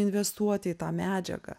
investuot į tą medžiagą